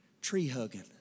tree-hugging